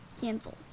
Cancel